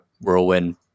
whirlwind